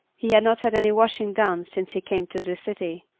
he had not had any washing done since he came to the city.